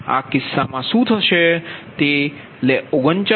તેથી આ કિસ્સામાં તે શું થશે જે 39